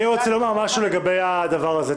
אני רוצה לומר משהו לגבי הדבר הזה.